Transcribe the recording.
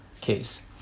case